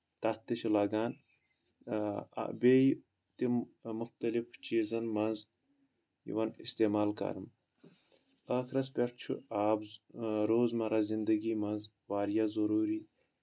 تتھ تہِ چھُ لگان بیٚیہِ تِم مُختلف چیٖزن منٛز یِوان استعمال کرنہٕ ٲخرس پؠٹھ چھُ آب روزمرا زندگی منٛز واریاہ ضروٗری